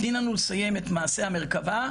תני לנו לסיים את מעשה המרכבה,